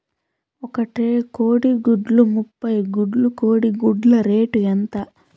ఒక ట్రే కోడిగుడ్లు ముప్పై గుడ్లు కోడి గుడ్ల రేటు ఎంత?